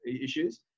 issues